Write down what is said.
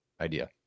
idea